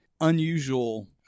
unusual